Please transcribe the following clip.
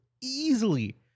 easily